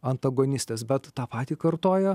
antagonistės bet tą patį kartoja